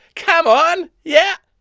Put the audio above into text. come on, yeah.